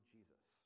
Jesus